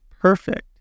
perfect